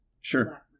Sure